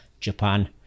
Japan